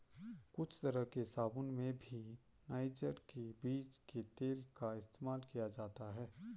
कुछ तरह के साबून में भी नाइजर के बीज के तेल का इस्तेमाल किया जाता है